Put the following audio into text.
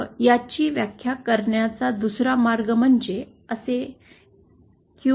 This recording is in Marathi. याची व्याख्या करण्याचा दुसरा मार्ग म्हणजे असे QU ½